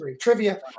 Trivia